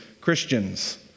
Christians